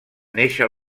néixer